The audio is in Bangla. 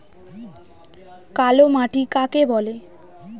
কালোমাটি কাকে বলে?